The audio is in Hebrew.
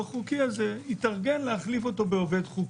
חוקי הזה יתארגן להחליף אותו בעובד חוקי.